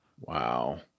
Wow